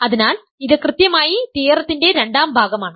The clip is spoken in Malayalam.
അതിനാൽ ഇത് കൃത്യമായി തിയറത്തിൻറെ രണ്ടാം ഭാഗമാണ്